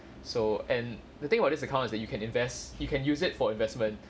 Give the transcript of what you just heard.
so and the thing about this account is that you can invest you can use it for investment